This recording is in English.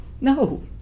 No